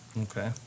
Okay